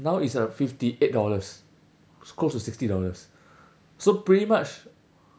now it's uh fifty eight dollars close to sixty dollars so pretty much